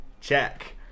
Check